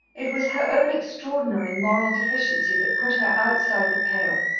it was her own extraordinary moral deficiency that put her outside the pale.